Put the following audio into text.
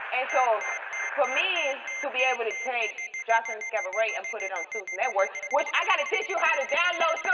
and so for me to be able to take joseline's cabaret and put it on zeus network. which i gotta teach you how to download so